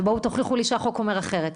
ובואו תוכיחו לי שהחוק אומר אחרת.